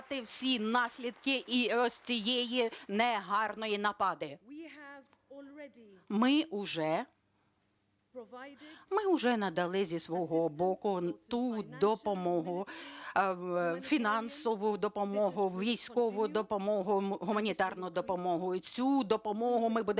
Ми уже надали зі свого боку ту допомогу, фінансову допомогу, військову допомогу, гуманітарну допомогу і цю допомогу ми будемо